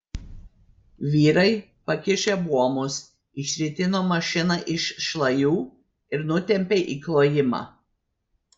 vyrai pakišę buomus išritino mašiną iš šlajų ir nutempė į klojimą